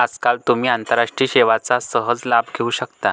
आजकाल तुम्ही आंतरराष्ट्रीय सेवांचा सहज लाभ घेऊ शकता